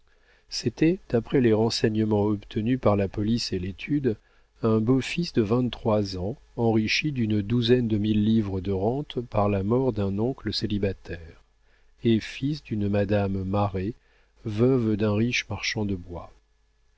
c'était d'après les renseignements obtenus par la police de l'étude un beau fils de vingt-trois ans enrichi d'une douzaine de mille livres de rente par la mort d'un oncle célibataire et fils d'une madame marest veuve d'un riche marchand de bois